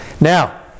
Now